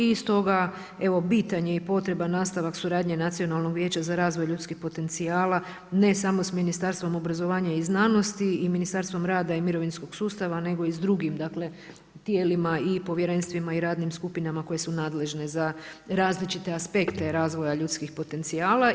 I stoga evo bitan je i potreban nastavak suradnje Nacionalnog vijeća za razvij ljudskih potencijala, ne samo s Ministarstvom obrazovanja i znanosti i Ministarstvom rada i mirovinskog sustava, nego i sa drugim tijelima i povjerenstvima i radnim skupinama, koji su nadležni za različite aspekte razvoja ljudskim potencijala.